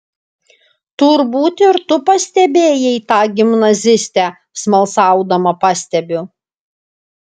turbūt ir tu pastebėjai tą gimnazistę smalsaudama pastebiu